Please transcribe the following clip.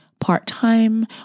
part-time